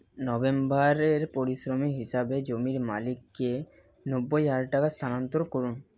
নভেম্বরের পরিশ্রমী হিসাবে জমির মালিককে নব্বই হাজার টাকা স্থানান্তর করুন